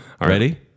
Ready